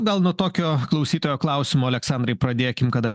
gal nuo tokio klausytojo klausimo aleksandrai pradėkim kada